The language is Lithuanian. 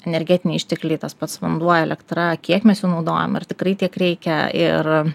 energetiniai ištekliai tas pats vanduo elektra kiek mes jo naudojam ar tikrai tiek reikia ir